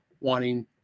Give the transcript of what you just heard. wanting